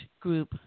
group